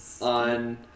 on